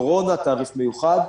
אמרתי: קורונה תעריף מיוחד,